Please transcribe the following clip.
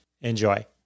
Enjoy